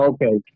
Okay